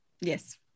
Yes